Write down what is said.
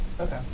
Okay